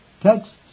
Texts